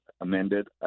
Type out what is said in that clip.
amended